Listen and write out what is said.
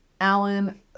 Alan